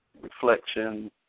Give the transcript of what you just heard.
reflection